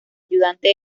ayudante